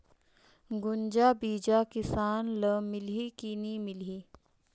गुनजा बिजा किसान ल मिलही की नी मिलही?